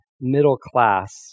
middle-class